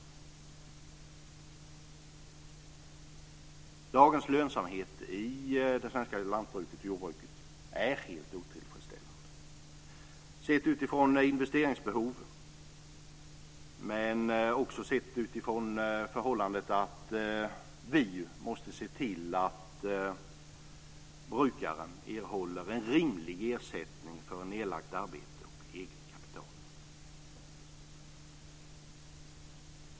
Dagens lönsamhet i det svenska lantbruket och jordbruket är helt otillfredsställande, sett utifrån investeringsbehov liksom utifrån det förhållandet att vi måste se till att brukaren erhåller en rimlig ersättning för nedlagt arbete och eget kapital. Herr talman!